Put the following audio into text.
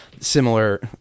similar